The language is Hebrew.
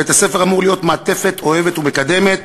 בית-הספר אמור להיות מעטפת אוהבת ומקדמת,